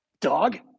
dog